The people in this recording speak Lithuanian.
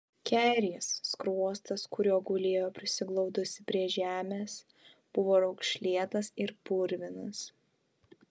kerės skruostas kuriuo gulėjo prisiglaudusi prie žemės buvo raukšlėtas ir purvinas